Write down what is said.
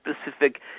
specific